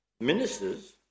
Ministers